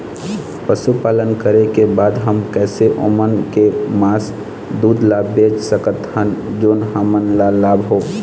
पशुपालन करें के बाद हम कैसे ओमन के मास, दूध ला बेच सकत हन जोन हमन ला लाभ हो?